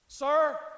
Sir